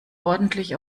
ordentlich